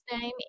name